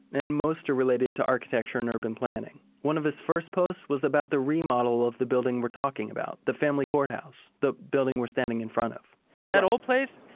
and most are related to architecture and urban planning. one of his first posts was about the remodel of the building we're talking about, the family courthouse. the building we're standing in front of that old place?